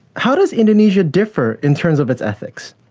how does indonesia differ in terms of its ethics?